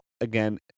Again